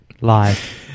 Live